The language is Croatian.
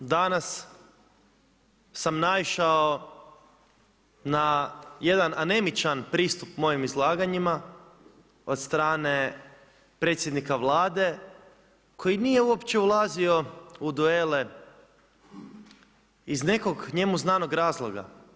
Danas sam naišao na jedan anemičan pristup mojim izlaganjima od strane predsjednika Vlade koji nije uopće ulazio u duele iz nekog njemu znanog razloga.